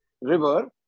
river